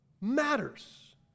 matters